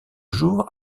jours